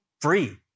free